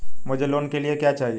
मुझे लोन लेने के लिए क्या चाहिए?